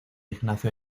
ignacio